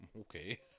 okay